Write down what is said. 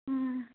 हा